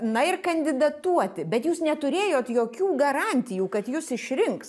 na ir kandidatuoti bet jūs neturėjot jokių garantijų kad jus išrinks